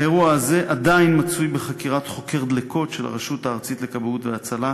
האירוע הזה עדיין בחקירת חוקר דלקות של הרשות הארצית לכבאות והצלה,